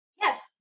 Yes